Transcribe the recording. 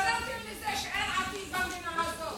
גרמתם לזה שאין עתיד בממשלה הזאת.